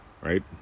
right